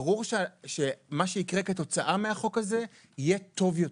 ברור שמה שיקרה כתוצאה מהחוק הזה יהיה טוב יותר,